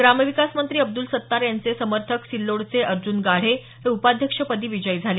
ग्रामविकासमंत्री अब्दुल सत्तार यांचे समर्थक सिल्लोडचे अर्ज्न गाढे हे उपाध्यक्षपदी विजयी झाले